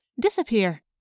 disappear